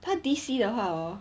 他 D_C 的话 hor